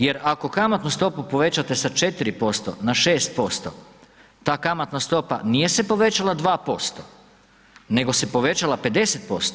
Jer ako kamatnu stopu povećate sa 4% na 6% ta kamatna stopa nije se povećala 2%, nego se povećala 50%